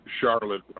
Charlotte